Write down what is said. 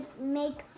make